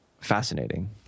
fascinating